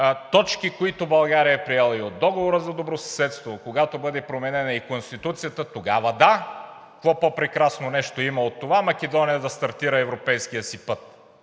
точки, които България е приела, и от Договора за добросъседство, когато бъде променена и Конституцията – тогава да, какво по-прекрасно нещо има от това Македония да стартира европейския си път?